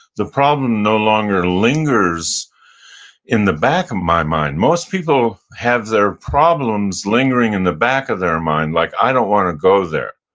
the problem no longer lingers in the back of my mind. most people have their problems lingering in the back of their mind, like, i don't want to go there.